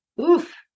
Oof